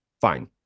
Fine